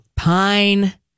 Pine